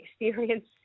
experience